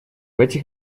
этих